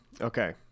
okay